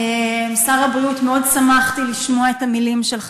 שר הבריאות, מאוד שמחתי לשמוע את המילים שלך.